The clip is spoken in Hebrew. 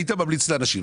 היית ממליץ לאנשים.